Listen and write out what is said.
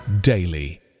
daily